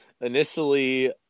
Initially